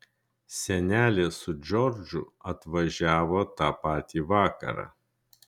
senelė su džordžu atvažiavo tą patį vakarą